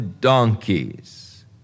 donkeys